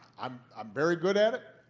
i'm i'm very good at it.